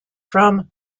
from